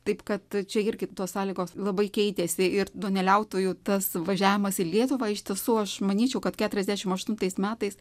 taip kad čia irgi tos sąlygos labai keitėsi ir duoneliautojų tas važiavimas į lietuvą iš tiesų aš manyčiau kad keturiasdešimt aštuntais metais